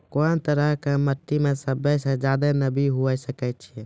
कोन तरहो के मट्टी मे सभ्भे से ज्यादे नमी हुये सकै छै?